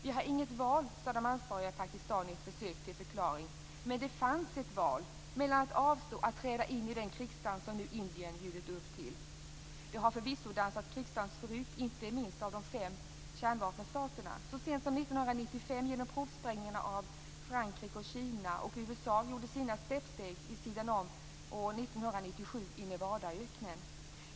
Vi hade inget val, sade de ansvariga i Pakistan i ett försök till förklaring, men det fanns ett val: mellan att avstå från och att träda in i den krigsdans som Indien nu bjudit upp till. Det har förvisso dansats krigsdans förut, inte minst av de fem kärnvapenstaterna. Det skedde så sent som 1995 genom provsprängningar av Frankrike och Kina, och USA tog sina steppsteg vid sidan om år 1997 i Nevadaöknen.